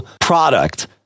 product